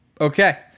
Okay